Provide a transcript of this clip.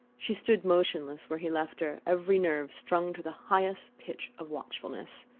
she stood motionless where he left her, every nerve strung to the highest pitch of watchfulness.